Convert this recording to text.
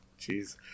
Jeez